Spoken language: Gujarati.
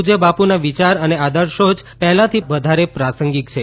પૂજય બાપુના વિચાર અને આદર્શઓ આજે પહેલાંથી પણ વધારે પ્રાસંગિક છે